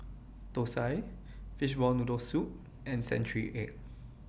Thosai Fishball Noodle Soup and Century Egg